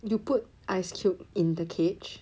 you put ice cube in the cage